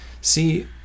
See